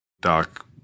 Doc